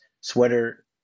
sweater